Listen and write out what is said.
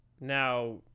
now